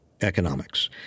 economics